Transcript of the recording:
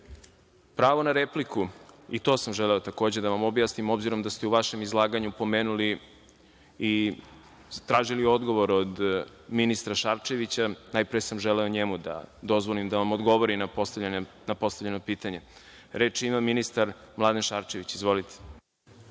na repliku. I to sam želeo takođe da vam objasnim, obzirom da ste u vašem izlaganju pomenuli i tražili odgovor od ministra Šarčevića, najpre sam želeo njemu da dozvolim da vam odgovori na postavljeno pitanje. Reč ima ministar Mladen Šarčević. Izvolite.